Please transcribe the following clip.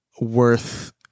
worth